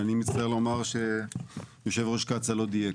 אני מצטער לומר, שיו"ר קצא"א לא דייק.